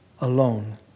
alone